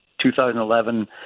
2011